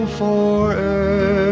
forever